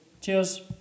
Cheers